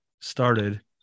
started